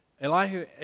Elihu